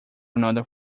another